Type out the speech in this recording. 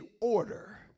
order